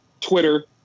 Twitter